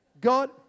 God